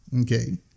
Okay